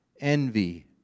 envy